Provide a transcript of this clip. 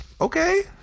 Okay